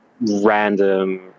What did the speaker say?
random